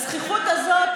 הזחיחות הזאת,